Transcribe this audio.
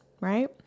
right